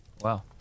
Wow